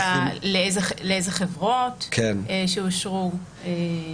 לאיזה חברות שאושרו.